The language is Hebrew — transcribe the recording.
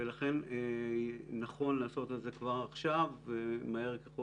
ולכן נכון לעשות את זה כבר עכשיו ומהר ככל